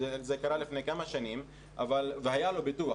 זה קרה לפני כמה שנים והיה לו ביטוח,